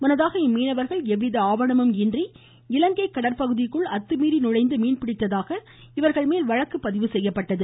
முன்னதாக இம்மீனவர்கள் எவ்வித இலங்கை கடற்பகுதிக்குள் அத்துமீறி நுழைந்து மீன் பிடித்ததாக இவர்கள் மேல் வழக்கு பதிவு செய்யப்பட்டது